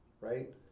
right